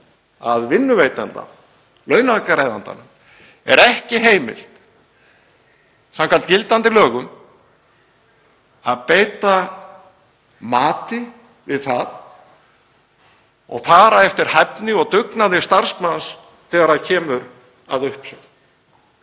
að vinnuveitanda, launagreiðandanum, er ekki heimilt samkvæmt gildandi lögum að beita mati við það og fara eftir hæfni og dugnaði starfsmanns þegar kemur að uppsögn.